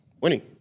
winning